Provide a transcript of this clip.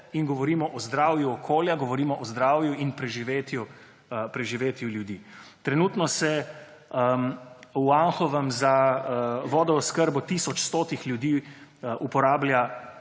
in govorimo o zdravju okolja, govorimo o zdravju in preživetju ljudi. Trenutno se v Anhovem za vodooskrbo tisoč 100 ljudi uporablja,